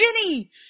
Ginny